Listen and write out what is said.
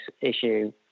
issue